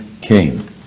came